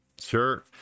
sure